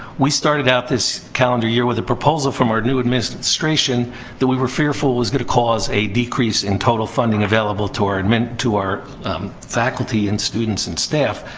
we started out this calendar year with a proposal from our new administration that we were fearful was gonna cause a decrease in total funding available to our um and to our faculty and students and staff.